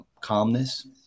calmness